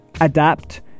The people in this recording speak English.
adapt